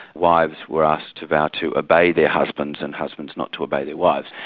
wives were asked to vow to obey their husbands and husbands not to obey their wives.